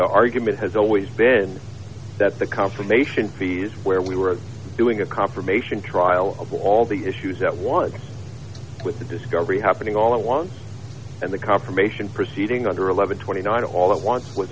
argument has always been that the confirmation fees where we were doing a confirmation trial of all the issues that was with the discovery happening all at once and the confirmation proceeding under one thousand one hundred and twenty nine all at once was